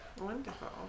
Wonderful